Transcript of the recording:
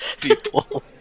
people